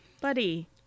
buddy